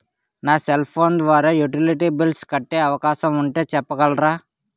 నా cell phone ద్వారా utility bills కట్టే అవకాశం ఉంటే చెప్పగలరా?